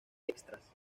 extras